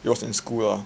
it was in school lah